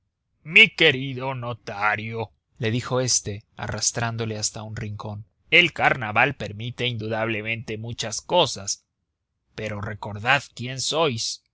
mi querido notario le dijo éste arrastrándole hasta un rincón el carnaval permite indudablemente muchas cosas pero recordad quien sois